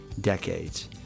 decades